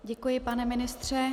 Děkuji, pane ministře.